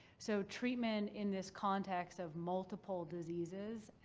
so treatment in this context of multiple diseases